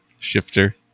Shifter